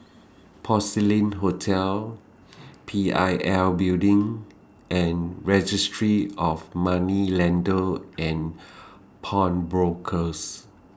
Porcelain Hotel P I L Building and Registry of Moneylenders and Pawnbrokers